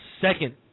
second